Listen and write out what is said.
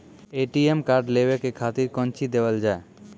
ATM card लेवे के खातिर कौंची देवल जाए?